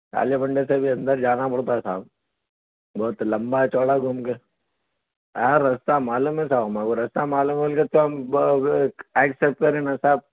کالے بنڈے سے بھی اندر جانا پڑتا ہے صاحب بہت لمبا چوڑا گھوم کے ہاں رستہ معلوم ہے صاحب میرے کو رستہ معلوم بول کے تو کریئے نا صاحب